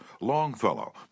Longfellow